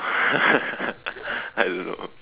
I don't know